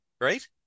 right